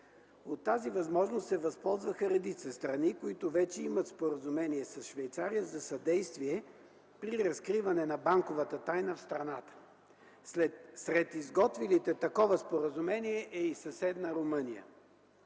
От тази възможност се възползваха редица страни, които вече имат споразумение с Швейцария за съдействие при разкриване на банковата тайна в страната. Сред изготвилите такова споразумение е и съседна Румъния.